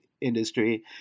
industry